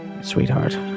Sweetheart